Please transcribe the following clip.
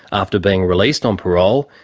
after being released on parole,